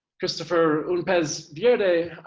christopher unpezverde